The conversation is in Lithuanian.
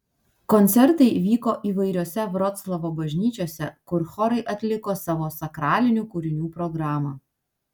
koncertai vyko įvairiose vroclavo bažnyčiose kur chorai atliko savo sakralinių kūrinių programą